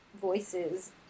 voices